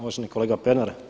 Uvaženi kolega Pernar.